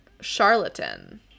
charlatan